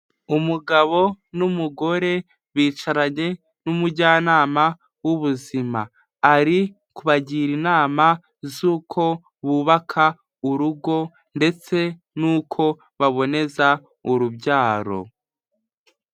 Umugabo n'umugore bicaranye n'umujyanama w'ubuzima, ari kubagira inama z'uko bubaka urugo ndetse n'uko baboneza urubyaro.